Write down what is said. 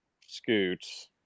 Scoots